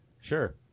Sure